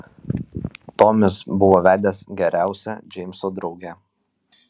tomis buvo vedęs geriausią džeimso draugę